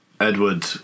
Edward